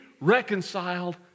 reconciled